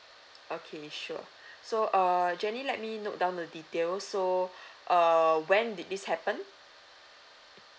okay sure so err jenny let me note down the details so err when did this happen